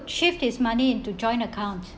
shift his money into joint account